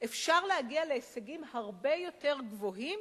אפשר להגיע להישגים הרבה יותר גבוהים